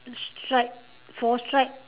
stripe four stripe